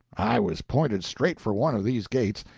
i was pointed straight for one of these gates,